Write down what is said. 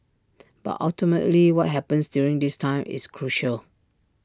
but ultimately what happens during this time is crucial